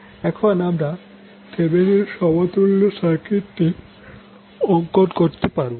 এখন আমরা থেভেনিন সমতুল্য সার্কিটটি অঙ্কন করতে পারবো